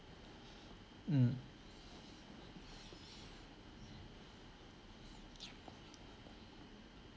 mm